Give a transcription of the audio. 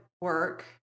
work